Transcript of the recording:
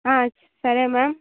సరే మ్యామ్